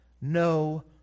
no